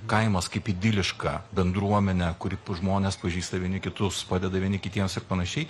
kaimas kaip idiliška bendruomenė kur žmonės pažįsta vieni kitus padeda vieni kitiems ir panašiai